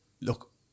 Look